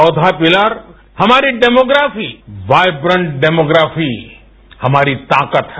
चौथा पिलर हमारी demography vibrant demography हमारी ताकत है